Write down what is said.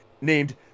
named